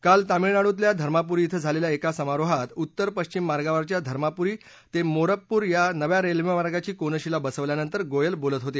काल तामिळनाडूतल्या धर्मापुरी कें झालेल्या एका समारोहात उत्तर पश्चिम मार्गावरच्या धरमापुरी ते मोरप्पुर या नव्या रेल्वेमार्गाची कोनशीला बसविल्यानंतर गोयल बोलत होते